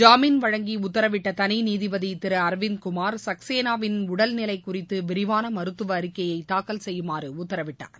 ஜாமீன் வழங்கி உத்தரவிட்ட தனி நீதிபதி திரு அரவிந்த் குமார் சக்சேனாவின் உடல் நிலை குறித்து விரிவான மருத்துவ அறிக்கையை தாக்கல் செய்யுமாறு உத்தரவிட்டார்